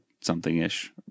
something-ish